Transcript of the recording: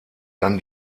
dann